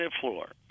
floor